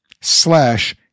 slash